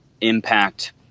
impact